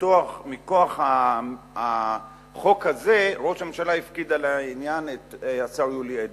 ומכוח החוק הזה ראש הממשלה הפקיד על העניין את השר יולי אדלשטיין.